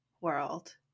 world